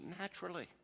naturally